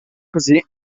così